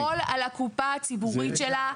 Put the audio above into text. המדינה יכולה למחול על הקופה הציבורית שלה,